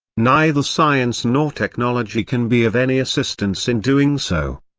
neither science nor technology can be of any assistance in doing so.